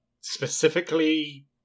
specifically